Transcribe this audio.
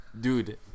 Dude